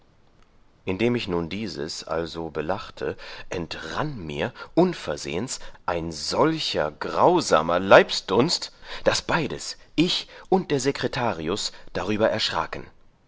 indem ich nun dieses also belachte entrann mir unversehens ein solcher grausamer leibsdunst daß beides ich und der secretarius darüber erschraken